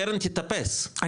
הקרן תתאפס,